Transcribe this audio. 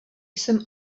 jsem